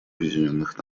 объединенных